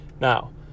Now